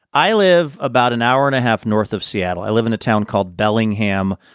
i live about an hour and a half north of seattle. i live in a town called bellingham,